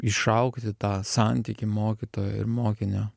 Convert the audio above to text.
išaugti tą santykį mokytojo ir mokinio